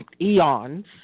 eons